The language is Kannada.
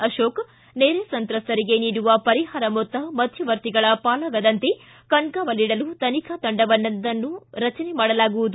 ಅಶೋಕ ನೆರೆ ಸಂತ್ರಸ್ತರಿಗೆ ನೀಡುವ ಪರಿಹಾರ ಮೊತ್ತ ಮಧ್ಯವರ್ತಿಗಳ ಪಾಲಾಗದಂತೆ ಕಣ್ಗಾವಲಿಡಲು ತನಿಖಾ ತಂಡವೊಂದನ್ನು ರಚನೆ ಮಾಡಲಾಗುವುದು